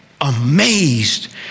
amazed